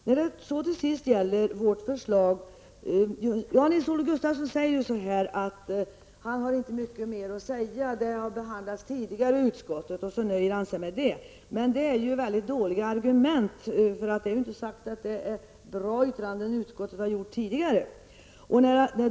Nils-Olof Gustafsson sade att han inte har mycket mer att säga, eftersom frågan har behandlats tidigare i utskottet. Det är ju ett mycket dåligt argument, eftersom det inte är säkert att utskottet har gjort bra yttranden tidigare.